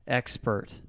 expert